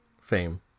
fame